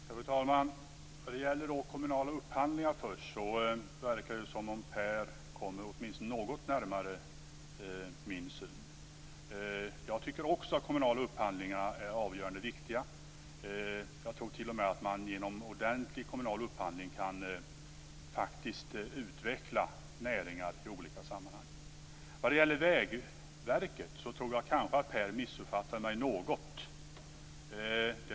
Fru talman! Det verkar som om Per Westerberg kommer något närmare min syn på kommunal upphandling. Jag tycker också att kommunal upphandling är avgörande. Genom ordentlig kommunal upphandling kan man faktiskt utveckla näringar i olika sammanhang. Kanske missuppfattade Per Westerberg mig något när det gäller Vägverket.